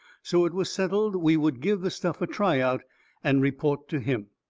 so it was settled we would give the stuff a try-out and report to him.